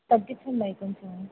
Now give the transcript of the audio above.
తగ్గించండి అవి కొంచెం